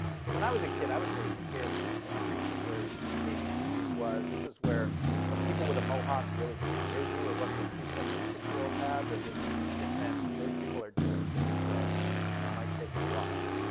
so when i was a kid, i was really scared of this block. this was where cbgbs cbgbs was, this was where when people with a mohawk really scared you, it wasn't a cute thing that six-year-olds have, it was, it meant those people are doing serious drugs, and they might take my wallet.